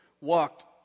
walked